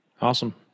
Awesome